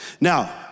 Now